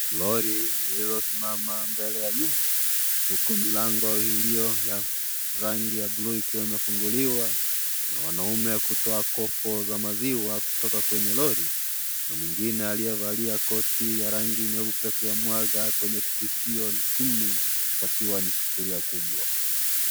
Lori lililosimama mbele ya nyumba, huku milango iliyo ya rangi ya bluu ikiwa imefunguliwa na wanaume kutoa kopo za maziwa kutoka kwenye lori na mwengine aliyevalia koti ya rangi nyeupe kuyamwaga kwenye kichuchio chini pakiwa ni sufuria kubwa.